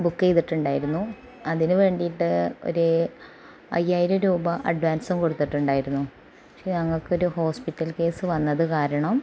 book ചെയ്തിട്ടുണ്ടായിരുന്നു അതിന് വേണ്ടിയിട്ട് ഒര് അയ്യായിരം രൂപ അഡ്വാൻസും കൊടുത്തിട്ടുണ്ടായിരുന്നു പക്ഷേ ഞങ്ങക്കൊരു ഹോസ്പിറ്റൽ കേസ് വന്നത് കാരണം